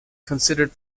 considered